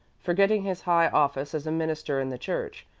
forgetting his high office as a minister in the church,